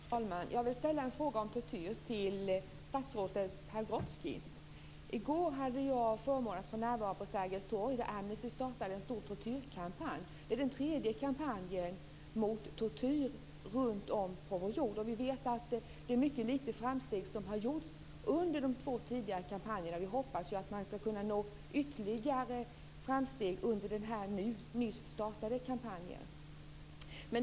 Fru talman! Jag vill ställa en fråga om tortyr till statsrådet Leif Pagrotsky. I går hade jag förmånen att få närvara på Sergels Torg när Amnesty startade en stor tortyrkampanj. Det är den tredje kampanjen mot tortyr runtom på vår jord. Vi vet att det är mycket små framsteg som har gjorts under de två tidigare kampanjerna. Vi hoppas att man ska kunna nå ytterligare framsteg under den nyss startade kampanjen.